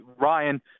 Ryan